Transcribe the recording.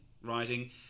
writing